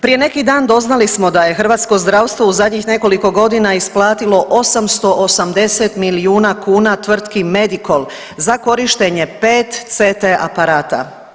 Prije neki dan doznali smo da je hrvatsko zdravstvo u zadnjih nekoliko godina isplatilo 880 milijuna kuna tvrtki Medikol za korištenje 5 CT aparata.